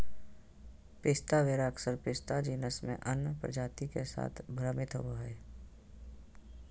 पिस्ता वेरा अक्सर पिस्ता जीनस में अन्य प्रजाति के साथ भ्रमित होबो हइ